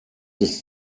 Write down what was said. ist